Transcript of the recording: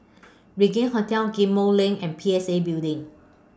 Regin Hotel Ghim Moh LINK and P S A Building